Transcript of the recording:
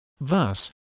Thus